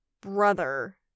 brother